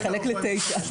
לחלק ל-9.